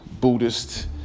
Buddhist